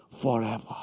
forever